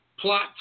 Plot